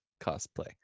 cosplay